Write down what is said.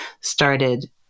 started